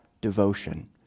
devotion